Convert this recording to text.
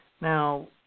now